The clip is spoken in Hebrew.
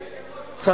אבל,